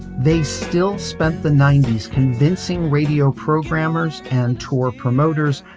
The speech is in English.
they still spent the ninety s convincing radio programmers and tour promoters.